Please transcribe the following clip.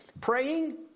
Praying